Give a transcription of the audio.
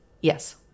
Yes